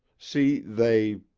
see! they